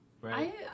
right